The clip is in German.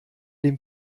dem